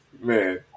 man